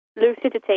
lucidity